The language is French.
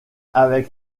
avec